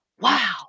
wow